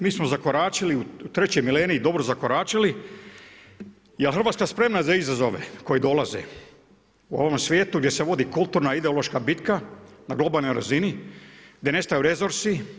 Mi smo zakoračili u treći milenij dobro zakoračili jel Hrvatska spremna za izazove koji dolaze u ovom svijetu gdje se vodi kulturna ideološka bitka na globalnoj razini, gdje nestaju resursi?